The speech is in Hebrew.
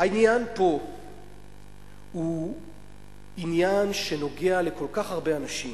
העניין פה הוא עניין שנוגע לכל כך הרבה אנשים,